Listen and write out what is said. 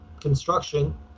construction